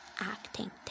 acting